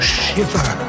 shiver